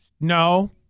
No